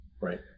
Right